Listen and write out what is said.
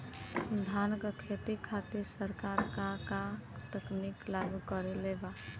धान क खेती खातिर सरकार का का तकनीक लागू कईले बा?